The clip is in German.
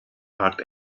ragt